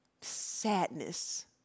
sadness